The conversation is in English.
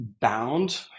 bound